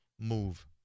move